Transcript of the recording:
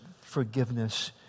forgiveness